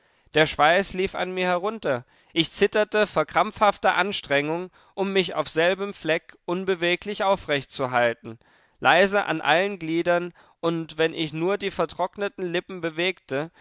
der schweiß lief an mir herunter ich zitterte vor krampfhafter anstrengung um mich auf selbem fleck unbeweglich aufrechtzuhalten leise an allen gliedern und wenn ich nur die vertrockneten lippen bewegte